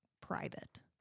private